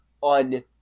on